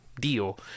deal